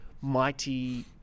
mighty